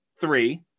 three